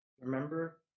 Remember